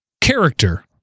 character